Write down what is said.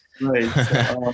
Right